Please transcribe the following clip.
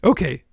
Okay